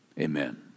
Amen